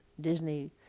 Disney